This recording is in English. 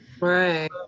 Right